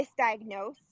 misdiagnosed